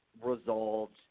resolved